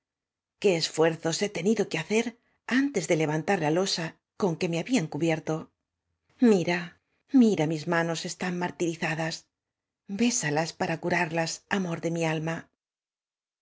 iqué esfuerzos he tenido que hacer antes de levantar la losa con que me habían cubierto mira mis ma nos están martirizadas lósalas para curarlas amor de mi almal